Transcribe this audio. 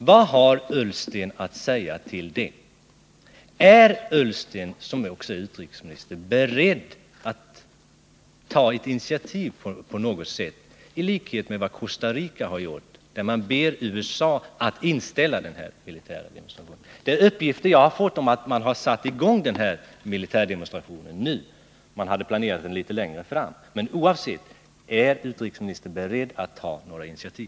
Vad har Ola Ullsten att säga om den? Är Ola Ullsten, som är utrikesminister, beredd att på något sätt ta ett initiativ, i likhet med vad man har gjort i Costa Rica, där man ber att USA skall inställa denna militära demonstration. Jag har fått uppgifter om att man har satt i gång denna militärmanöver nu i stället för som planerat längre fram. Men oavsett det: Är utrikesministern beredd att ta några initiativ?